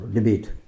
Debate